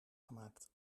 gemaakt